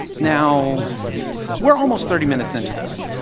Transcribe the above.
now we're almost thirty minutes into this,